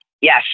Yes